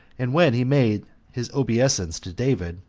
and when he made his obeisance to david,